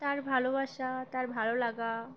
তার ভালোবাসা তার ভালো লাগা